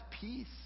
peace